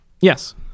Yes